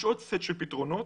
יש עוד סט של פתרונות